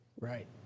Right